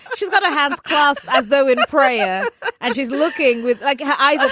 but she's got to have cast as though in prayer and she's looking with like eyes ah